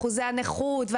אחוזי נכות,